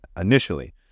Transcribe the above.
initially